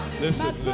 listen